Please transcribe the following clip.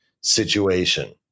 situation